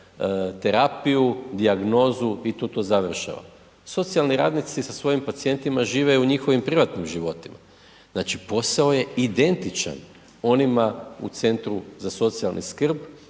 terapiju, dijagnozu i tu to završava, socijalni radnici sa svojim pacijentima žive u njihovim privatnim životima, znači posao je identičan onima u centrima za socijalnu skrb